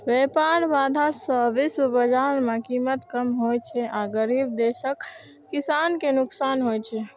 व्यापार बाधा सं विश्व बाजार मे कीमत कम होइ छै आ गरीब देशक किसान कें नुकसान होइ छै